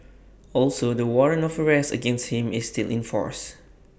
also the warrant of arrest against him is still in force